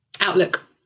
Outlook